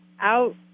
out